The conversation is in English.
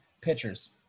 pitchers